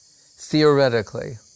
theoretically